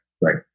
Right